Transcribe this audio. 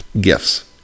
gifts